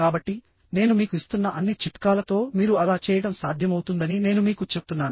కాబట్టినేను మీకు ఇస్తున్న అన్ని చిట్కాలతోమీరు అలా చేయడం సాధ్యమవుతుందని నేను మీకు చెప్తున్నాను